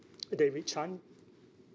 david chan